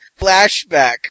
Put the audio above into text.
flashback